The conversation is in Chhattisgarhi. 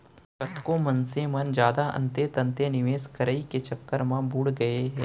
कतको मनसे मन जादा अंते तंते निवेस करई के चक्कर म बुड़ गए हे